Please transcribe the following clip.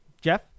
Jeff